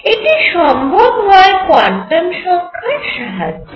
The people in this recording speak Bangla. এটি সম্ভব হয় কোয়ান্টাম সংখ্যার সাহায্যে